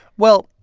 well,